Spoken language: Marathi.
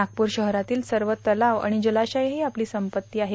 नागपूर शहरातील सर्व तलाव आणि जलाशये ही आपली संपत्ती आहे